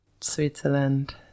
Switzerland